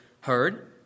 heard